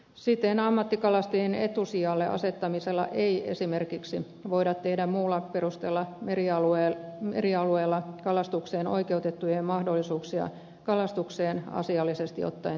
siten ammattikalastajien etusijalle asettamisella ei esimerkiksi voida tehdä muulla perusteella merialueella kalastukseen oikeutettujen mahdollisuuksia kalastukseen asiallisesti ottaen tyhjiksi